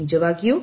ನಿಜವಾಗಿಯೂ